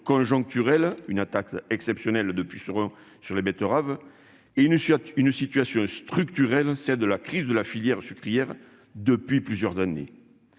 conjoncturelle- une attaque exceptionnelle de pucerons sur les betteraves -et une situation structurelle- la crise de la filière sucrière depuis plusieurs années.